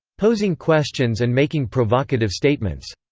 posing questions and making provocative statements.